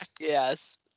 yes